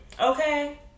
Okay